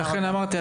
לכן אמרתי,